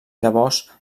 llavors